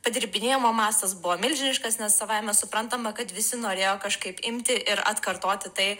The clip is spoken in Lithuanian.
padirbinėjimo mastas buvo milžiniškas nes savaime suprantama kad visi norėjo kažkaip imti ir atkartoti tai